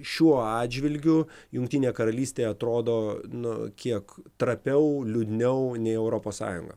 šiuo atžvilgiu jungtinė karalystė atrodo nu kiek trapiau liūdniau nei europos sąjunga